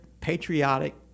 patriotic